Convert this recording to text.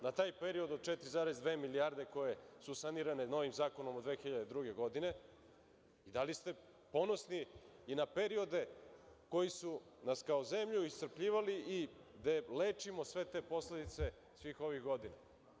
Na taj period od 4,2 milijarde koje su sanirane novim zakonom od 2002. godine, da li ste ponosni i na periode koji su nas kao zemlju iscrpljivali, gde lečimo sve te posledice svih ovih godina.